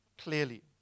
clearly